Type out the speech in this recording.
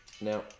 Now